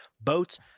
Boats